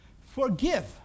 forgive